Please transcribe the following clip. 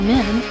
Men